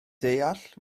deall